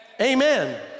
Amen